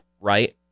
right